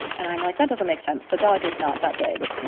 and i'm like, that doesn't make sense. the dog is not that big